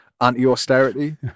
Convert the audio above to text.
anti-austerity